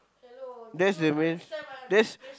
that's the main that's